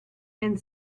and